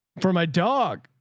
for my dog.